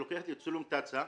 לוקחים צילום לתצ"א,